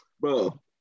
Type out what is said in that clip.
Bro